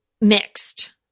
mixed